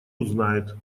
узнает